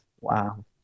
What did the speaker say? Wow